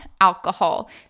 alcohol